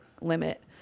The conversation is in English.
limit